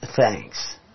thanks